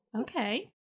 okay